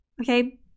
okay